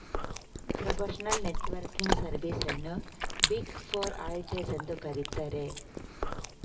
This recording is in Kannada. ಪ್ರೊಫೆಷನಲ್ ನೆಟ್ವರ್ಕಿಂಗ್ ಸರ್ವಿಸ್ ಅನ್ನು ಬಿಗ್ ಫೋರ್ ಆಡಿಟರ್ಸ್ ಎಂದು ಕರಿತರೆ